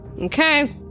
Okay